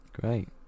Great